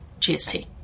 GST